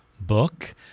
book